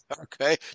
okay